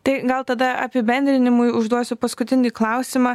tai gal tada apibendrinimui užduosiu paskutinį klausimą